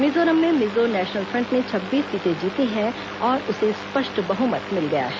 मिजोरम में Mizo National Front ने छब्बीस सीटें जीती हैं और उसे स्पष्ट बहुमत मिल गया है